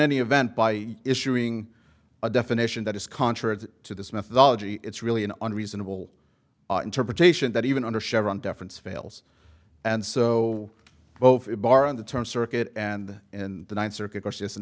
any event by issuing a definition that is contrary to this methodology it's really an on reasonable interpretation that even under chevron deference fails and so both bar on the terms circuit and in the ninth circuit